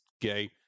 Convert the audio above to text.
gay